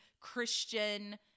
Christian